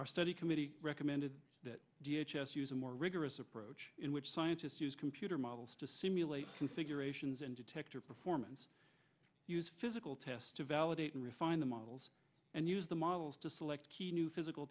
our study committee recommended that s use a more rigorous approach in which scientists use computer models to simulate considerations and detector performance use physical tests to validate and refine the models and use the models to select key new physical